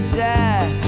die